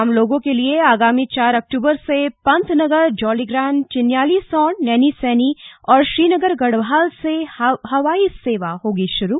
आम लोगों के लिए आगामी चार अक्टूबर से पंतनगर जौलीग्रान्ट चिन्यालीसौंण नैनीसैनी और श्रीनगर गढ़वाल से हवाई सेवा होगी शुरू